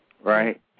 right